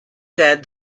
said